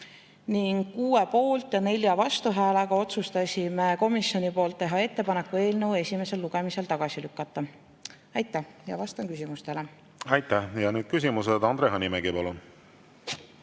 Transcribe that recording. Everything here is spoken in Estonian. Ning 6 poolt- ja 4 vastuhäälega otsustas komisjon teha ettepaneku eelnõu esimesel lugemisel tagasi lükata. Aitäh! Ja vastan küsimustele. Aitäh! Ja nüüd küsimused. Andre Hanimägi, palun!